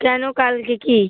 কেন কালকে কী